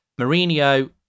Mourinho